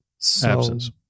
absence